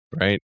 right